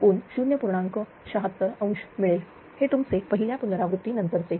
76° मिळेल हे तुमचे पहिल्या पुनरावृत्ती नंतरचे